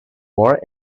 more